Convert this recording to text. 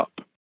up